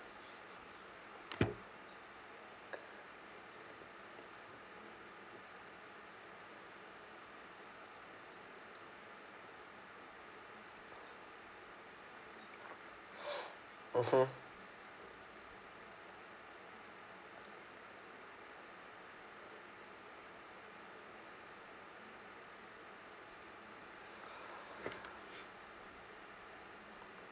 mmhmm